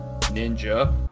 ninja